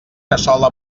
cassola